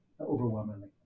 Overwhelmingly